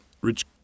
*Rich